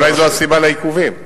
אולי זאת הסיבה לעיכובים.